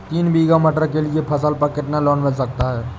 तीन बीघा मटर के लिए फसल पर कितना लोन मिल सकता है?